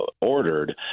ordered